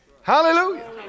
Hallelujah